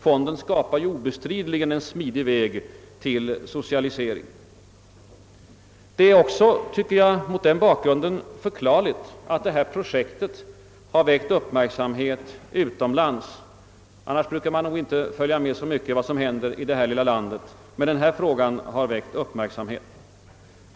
Fonden skapar ju obestridligen en smidig väg till socialisering. Det är också, tycker jag, mot den bakgrunden förklarligt att projektet väckt uppmärksamhet utomlands. Annars brukar man nog inte så mycket följa med vad som händer i det här lilla landet.